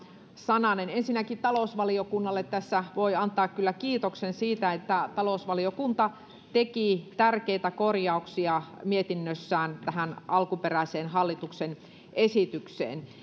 sananen tästä ensinnäkin talousvaliokunnalle tässä voi antaa kyllä kiitoksen siitä että talousvaliokunta teki tärkeitä korjauksia mietinnössään tähän alkuperäiseen hallituksen esitykseen